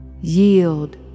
Yield